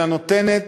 אלא נותנת